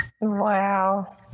Wow